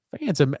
fans